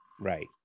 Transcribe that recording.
Right